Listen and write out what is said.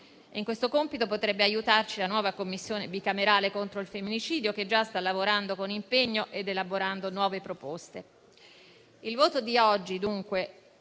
In questo compito potrebbe aiutarci la nuova Commissione bicamerale contro il femminicidio che già sta lavorando con impegno ed elaborando nuove proposte.